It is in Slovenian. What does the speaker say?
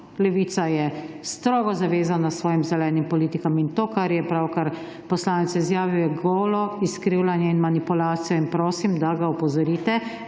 Levica je strogo zavezana svojim zelenim politikam. In to, kar je pravkar poslanec izjavil, je golo izkrivljanje in manipulacija. Prosim, da ga opozorite